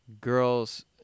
girls